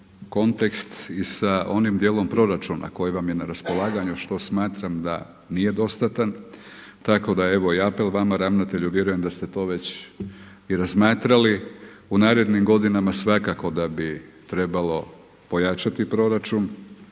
kontekst i sa onim dijelom proračuna koji vam je na raspolaganju što smatram da nije dostatan. Tako da evo i apel vama ravnatelju, vjerujem da ste to već i razmatrali. U narednim godinama svakako da bi trebalo pojačati proračun.